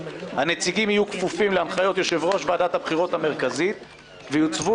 הנציגים יהיו כפופים להנחיות יושב-ראש ועד הבחירות המרכזית ויוצבו